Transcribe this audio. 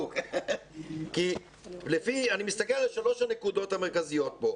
אני מסתכל על שלוש הנקודות המרכזיות פה.